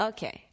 Okay